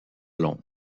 long